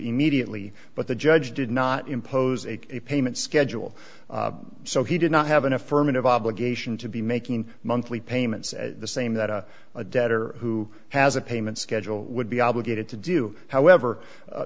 immediately but the judge did not impose a a payment schedule so he did not have an affirmative obligation to be making monthly payments at the same that a debtor who has a payment schedule would be obligated to do however